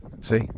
see